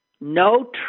no